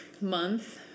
month